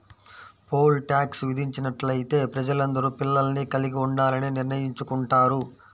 pole tax విధించినట్లయితే ప్రజలందరూ పిల్లల్ని కలిగి ఉండాలని నిర్ణయించుకుంటారు